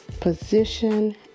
Position